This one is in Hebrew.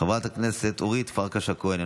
חברת הכנסת אורית פרקש הכהן,